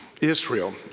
Israel